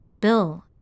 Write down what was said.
Bill